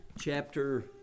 chapter